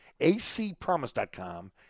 acpromise.com